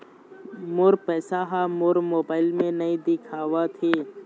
मोर पैसा ह मोर मोबाइल में नाई दिखावथे